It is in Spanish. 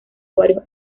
varios